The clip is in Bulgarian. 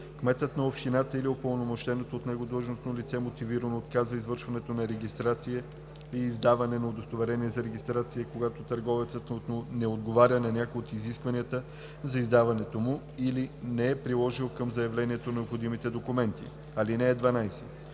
Кметът на общината или упълномощеното от него длъжностно лице мотивирано отказва извършването на регистрация и издаване на удостоверение за регистрация, когато търговецът не отговаря на някое от изискванията за издаването му или не е приложил към заявлението необходимите документи. (12)